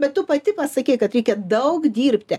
bet tu pati pasakei kad reikia daug dirbti